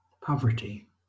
poverty